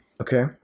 Okay